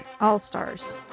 All-Stars